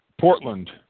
Portland